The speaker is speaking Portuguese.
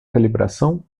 calibração